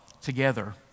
together